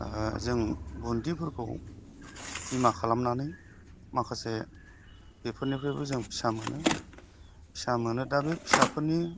जों बुन्दिफोरखौ बिमा खालामनानै माखासे बेफोरनिफ्रायबो जों फिसा मोनो दा बे फिसाफोरनि